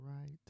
right